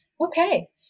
Okay